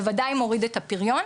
בוודאי מוריד את הפיריון.